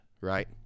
right